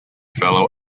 fellow